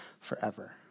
forever